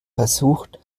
versucht